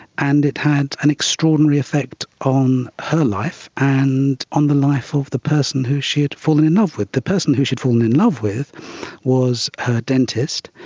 and it had an extraordinary effect on her life and on the life of the person who she had fallen in love with. the person who she had fallen in love with was her dentist.